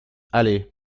allez